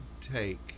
take